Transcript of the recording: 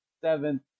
seventh